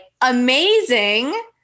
amazing